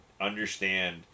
understand